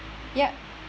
ya